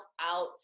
out